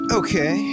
okay